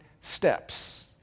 steps